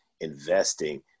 investing